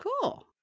Cool